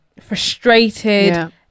frustrated